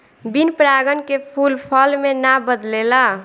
बिन परागन के फूल फल मे ना बदलेला